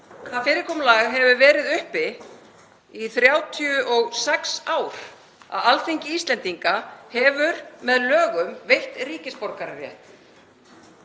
Það fyrirkomulag hefur verið uppi í 36 ár að Alþingi Íslendinga hefur með lögum veitt ríkisborgararétt.